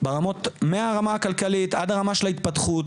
מהרמה הכלכלית ועד הרמה של ההתפתחות,